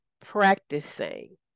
practicing